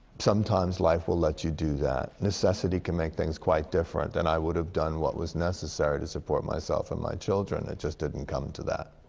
sometimes life will let you do that. necessity can make things quite different. and i would have done what was necessary to support myself and my children. it just didn't come to that.